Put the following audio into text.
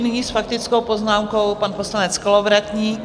Nyní s faktickou poznámkou pan poslanec Kolovratník.